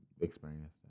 experienced